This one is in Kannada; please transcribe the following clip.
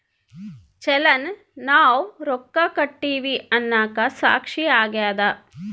ಚಲನ್ ನಾವ್ ರೊಕ್ಕ ಕಟ್ಟಿವಿ ಅನ್ನಕ ಸಾಕ್ಷಿ ಆಗ್ಯದ